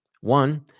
One